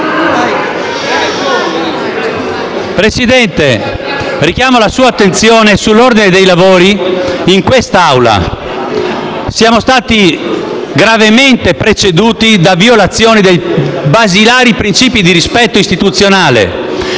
Presidente, richiamo la sua attenzione sull'ordine dei lavori in quest'Assemblea. Siamo stati gravemente preceduti da violazioni dei basilari principi di rispetto istituzionale,